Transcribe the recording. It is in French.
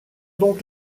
donc